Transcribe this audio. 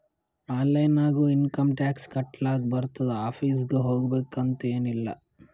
online ನಾಗು income tax ಕಟ್ಲಾಕ್ ಬರ್ತುದ್ ಆಫೀಸ್ಗ ಹೋಗ್ಬೇಕ್ ಅಂತ್ ಎನ್ ಇಲ್ಲ